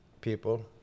people